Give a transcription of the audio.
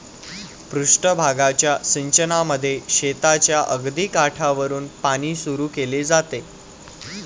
पृष्ठ भागाच्या सिंचनामध्ये शेताच्या अगदी काठावरुन पाणी सुरू केले जाते